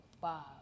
five